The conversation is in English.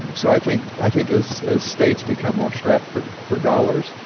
and so i think i think as as states become more strapped for for dollars,